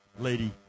lady